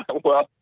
ah well,